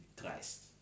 Christ